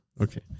okay